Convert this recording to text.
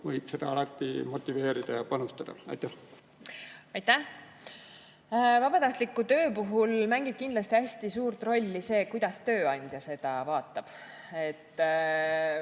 võib seda alati motiveerida? Aitäh! Vabatahtliku töö puhul mängib kindlasti hästi suurt rolli see, kuidas tööandja seda vaatab.